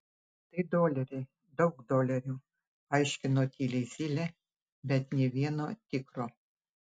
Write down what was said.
tai doleriai daug dolerių aiškino tyliai zylė bet nė vieno tikro